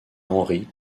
henri